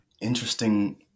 Interesting